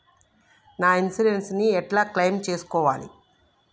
నా ఇన్సూరెన్స్ ని ఎట్ల క్లెయిమ్ చేస్కోవాలి?